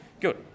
Good